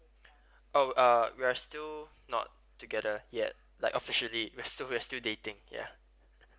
oh uh we are still not together yet like officially we're still we're still dating ya